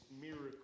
miracle